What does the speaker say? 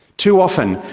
too often,